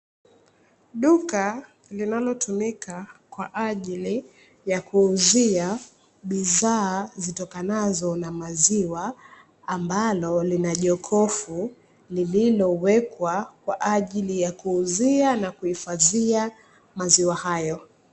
Duka linalotumika kwa ajili ya kuuzia bidhaa zitokanazo na maziwa ambalo lina jokofu lililowekwa kwa ajili ya kuuzia na kuhifadhia maziwa hayo.